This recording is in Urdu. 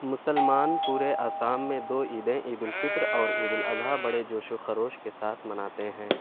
مسلمان پورے آسام میں دو عیدیں عید الفطر اور عید الاضحی بڑے جوش و خروش کے ساتھ مناتے ہیں